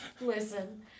Listen